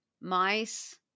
mice